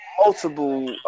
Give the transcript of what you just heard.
multiple